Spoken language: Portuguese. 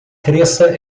cresça